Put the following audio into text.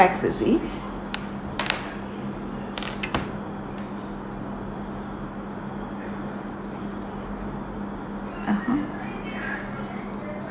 tax you see (uh huh)